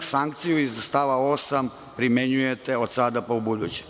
sankciju iz stava 8. primenjujete od sada pa ubuduće.